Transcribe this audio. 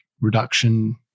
reduction